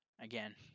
Again